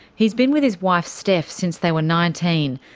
he's been with his wife, steph, since they were nineteen,